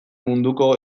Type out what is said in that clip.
munduko